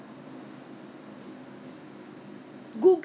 very thin but yet it doesn't stick on the face one so